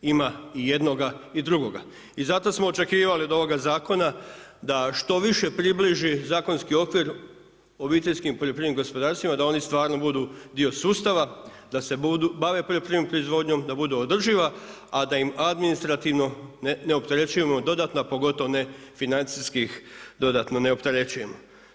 Ima i jednoga i drugoga i zato smo očekivali od ovoga zakona da što više približi zakonski okvir obiteljskim poljoprivrednim gospodarstvima da oni stvarno budu dio sustava, da se bave poljoprivrednom proizvodnjom, da budu održiva, a da im administrativno ne opterećujemo dodatna pogotovo ne financijski ih dodatno ne opterećujemo.